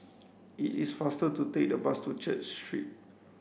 it is faster to take the bus to Church Street